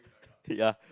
ya